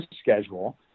schedule